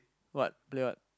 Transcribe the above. what play what